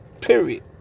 period